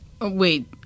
Wait